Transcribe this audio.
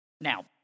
Now